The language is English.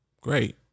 Great